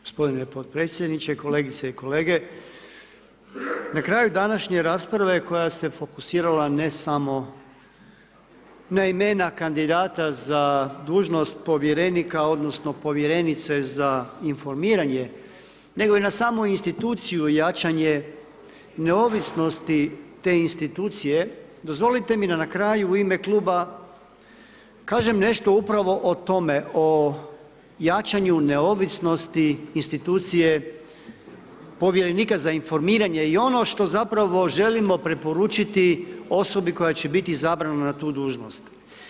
Gospodine podpredsjedniče, kolegice i kolege, na kraju današnje rasprave koja se fokusirala ne samo na imena kandidata za dužnost povjerenika odnosno povjerenice za informiranje nego i na samu instituciju jačanje neovisnosti te institucije, dozvolite mi da na kraju u ime kluba kažem nešto upravo o tome o jačanju neovisnosti institucije povjerenika za informiranje i ono što zapravo želimo preporučiti osobi koja će biti izabrana na tu dužnost.